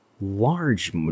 large